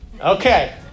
Okay